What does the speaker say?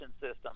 system